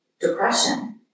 depression